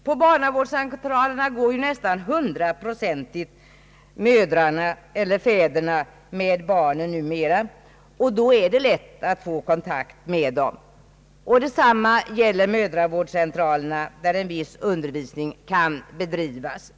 På barnavårdscentralerna går numera nästan hundraprocentigt mödrarna eller fäderna med barnen, och där är det lätt att få kontakt. Detsamma gäller mödravårdscentralerna, där en viss undervisning kan bedrivas.